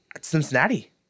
Cincinnati